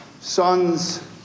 son's